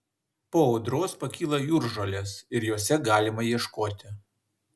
po audros pakyla jūržolės ir jose galima ieškoti